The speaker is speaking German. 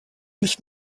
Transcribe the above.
nicht